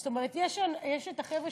זאת אומרת, יש החבר'ה